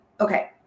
Okay